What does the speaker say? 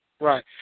Right